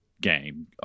game